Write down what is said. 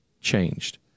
changed